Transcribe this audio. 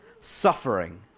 suffering